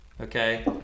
Okay